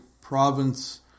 province